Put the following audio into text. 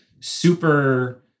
super